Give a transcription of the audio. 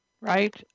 Right